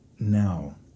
Now